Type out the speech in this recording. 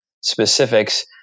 specifics